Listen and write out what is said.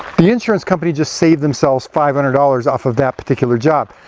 the insurance company just saved themselves five hundred dollars off of that particular job.